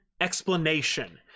explanation